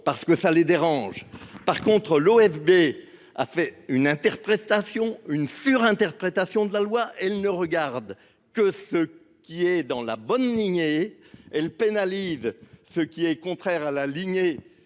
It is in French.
parce que ça les dérange. Par contre l'OFB a fait une interprétation une sur-interprétation de la loi elle ne regarde que ce qui est dans la bonne lignée. Elle pénalise ce qui est contraire à la lignée